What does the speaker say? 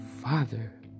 father